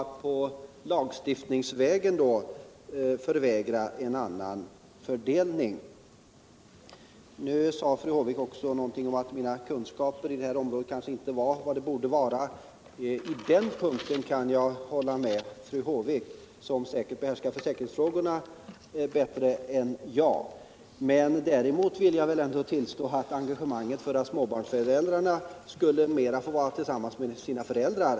att lagstiftningsvägen förvägra en annan fördelning av ledigheten. Fru Håvik sade också någonting om att mina kunskaper på det här området kanske inte var vad de borde vara. När det gäller just den delen kan jag hålla med fru Håvik. som säkert behärskar försäkringsfrågorna bättre än jag. Däremot vill jag påstå att mitt engagemang för att småbarnsföräldrar skall få vara mera tillsammans med sina barn är starkt.